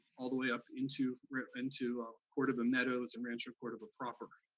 all the way up into into cordova meadows and rancho cordova proper.